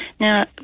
Now